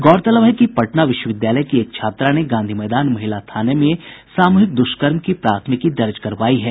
गौरतलब है कि पटना विश्वविद्यालय की एक छात्रा ने गांधी मैदान महिला थाना में सामूहिक दुष्कर्म की प्राथमिकी दर्ज करवाई है